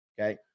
Okay